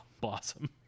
Blossom